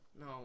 no